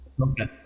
Okay